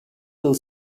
del